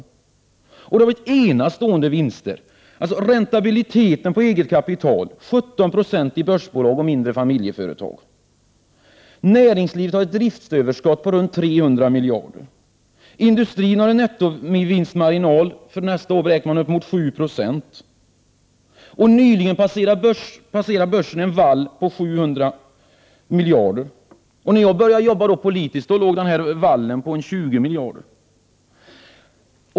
Detta har lett till enastående vinster. Räntabiliteten på eget kapital var 17 90 1988 för börsbolagen och de mindre familjeföretagen. Näringslivet har ett driftöverskott på ca 300 miljarder. Industrins nettovinstmarginal beräknas för nästa år vara uppemot 7 Jo. Nyligen passerade börsen en värdevall på 700 miljarder kronor. När jag började arbeta politiskt år 1968 låg vallen på 20 miljarder.